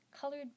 colored